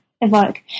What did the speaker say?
evoke